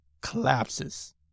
collapses